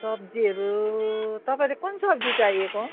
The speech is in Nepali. सब्जीहरू तपाईँले कुन सब्जी चाहिएको